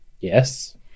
yes